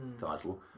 title